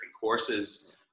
courses